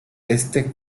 este